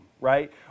right